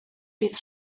bydd